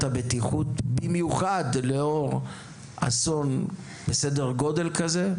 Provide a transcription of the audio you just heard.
הבטיחות במיוחד לאור אסון בסדר גודל כזה,